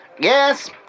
Yes